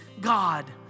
God